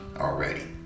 already